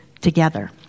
together